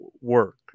work